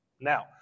Now